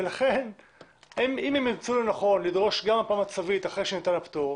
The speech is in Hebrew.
אם הם ימצאו לנכון לדרוש גם מפה מצבית אחרי שניתן הפטור,